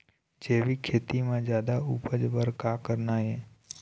जैविक खेती म जादा उपज बर का करना ये?